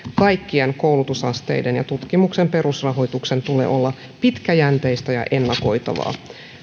kaikkien koulutusasteiden ja tutkimuksen perusrahoituksen tulee olla pitkäjänteistä ja ennakoitavaa